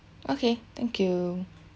okay thank you